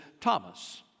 Thomas